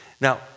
Now